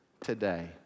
today